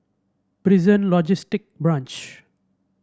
Prison Logistic Branch